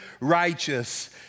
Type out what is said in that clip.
righteous